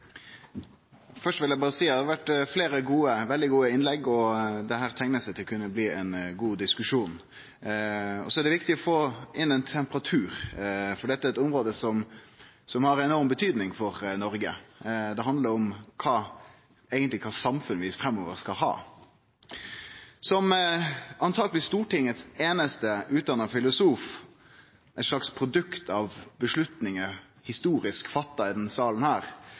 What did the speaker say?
Først vil eg berre seie at det har vore fleire veldig gode innlegg. Dette teiknar til å kunne bli ein god diskusjon. Det er viktig å få inn litt temperatur, for dette er eit område som har enorm betyding for Noreg. Det handlar eigentleg om kva samfunn vi skal ha framover. Som antakeleg Stortingets einaste utdanna filosof, eit slags produkt av avgjerder historisk fatta i denne salen,